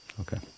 okay